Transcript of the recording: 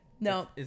No